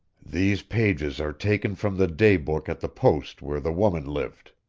these pages are taken from the day-book at the post where the woman lived,